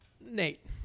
Nate